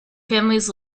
families